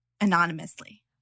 anonymously